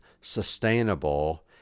sustainable